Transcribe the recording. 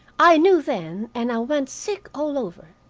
i knew then, and i went sick all over.